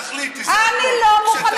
תחליטי, זה הכול.